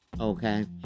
Okay